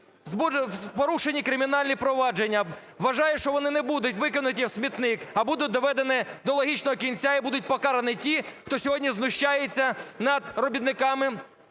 порушені кримінальні провадження, вважаю, що вони не будуть викинуті у смітник, а будуть доведені до логічного кінця і будуть покарані ті, хто сьогодні знущається над робітниками,